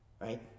right